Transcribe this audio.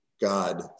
God